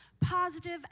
positive